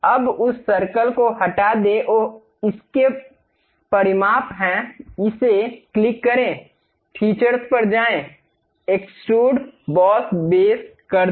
अब उस सर्कल को हटा दें ओह इसके परिमाप हैं इसे क्लिक करें फीचर्स पर जाएं एक्सट्रुड बॉस बेस कर दें